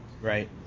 Right